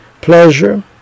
pleasure